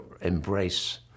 embrace